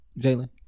Jalen